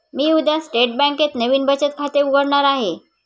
मी उद्या स्टेट बँकेत नवीन बचत खाते उघडणार आहे